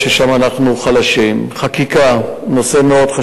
אנו מנהלים מול רצועת-עזה ומול "חמאס" מדיניות ברורה מאוד: